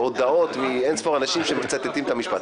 הודעות מאין-ספור אנשים שמצטטים את המשפט.